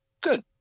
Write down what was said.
good